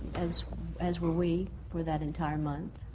as as were we, for that entire month.